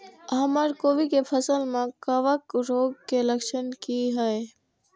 हमर कोबी के फसल में कवक रोग के लक्षण की हय?